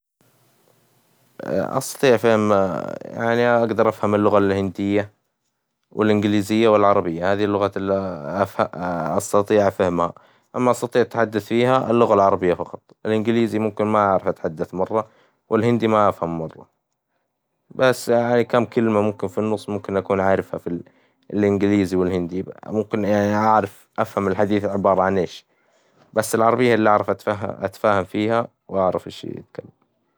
أستطيع فهم يعني أجدر أفهم اللغة الهندية والإنجليزية والعربية، هذي اللغات إللي أستطيع فهمها أما أستطيع تحدث فيها اللغة العربية فقط ،الإنجليزي ممكن ما أعرف أتحدث مرة، والهندي ما أفهمه مرة، بس كام كلمة في النص ممكن أكون عارفها في الانجليزي والهندي ممكن أعرف أفهم الحديث عبارة عن إيش بس، العربية إللي أعرف أتفاهم فيها وأعرف الشي الكامل.